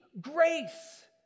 grace